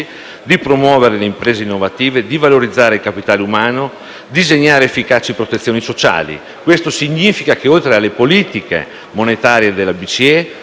promuovere le imprese innovative, valorizzare il capitale umano e disegnare efficaci protezioni sociali. Questo significa che, oltre alle politiche monetarie espansive